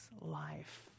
life